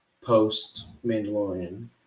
Post-Mandalorian